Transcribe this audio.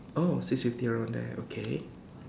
oh six fifty around there okay